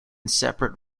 separate